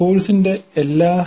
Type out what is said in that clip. കോഴ്സിന്റെ എല്ലാ സി